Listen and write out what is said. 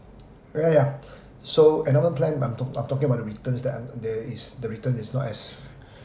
ya ya ya so endowment plan I'm talk I talking about the returns that I'm the is the return is not as